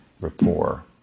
rapport